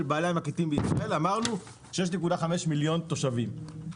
בעלי המקלטים בישראל שהם 6.5 מיליון תושבים.